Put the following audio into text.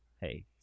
Hey